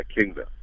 kingdom